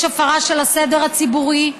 יש הפרה של הסדר הציבורי,